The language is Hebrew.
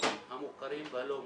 ויישובים המוכרים והלא מוכרים.